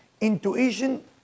intuition